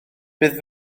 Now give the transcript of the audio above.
bydd